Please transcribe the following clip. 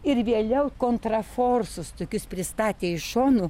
ir vėliau kontraforsus tokius pristatė iš šonų